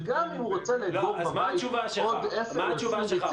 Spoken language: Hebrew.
וגם אם הוא רוצה לאגור בבית עוד 10 20 ביצים,